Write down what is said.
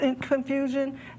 confusion